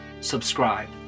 subscribe